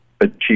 achieve